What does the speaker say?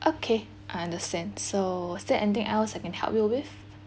okay I understand so is there anything else I can help you with